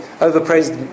overpraised